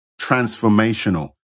transformational